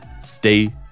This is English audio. stay